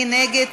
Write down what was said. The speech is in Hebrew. מי נגד?